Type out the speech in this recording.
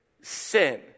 sin